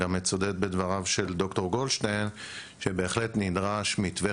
אני גם מצדד בדבריו של ד"ר גולדשטיין שבהחלט נדרש מתווה